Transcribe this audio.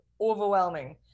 overwhelming